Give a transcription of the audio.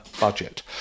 budget